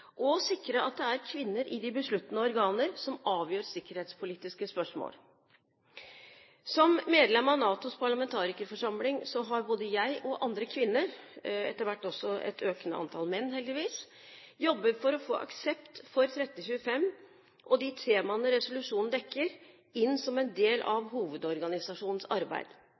og å sikre at det er kvinner i de besluttende organer som avgjør sikkerhetspolitiske spørsmål. Som medlem av NATOs parlamentarikerforsamling har jeg og andre kvinner – etter hvert også et økende antall menn, heldigvis – jobbet for å få aksept for 1325 og de temaene resolusjonen dekker, inn som en del av hovedorganisasjonens arbeid.